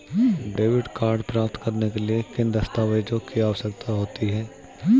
Debit card प्राप्त करने के लिए किन दस्तावेज़ों की आवश्यकता होती है?